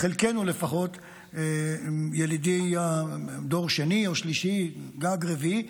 חלקנו לפחות, ילידי דור שני או שלישי, גג רביעי.